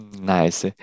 Nice